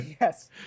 Yes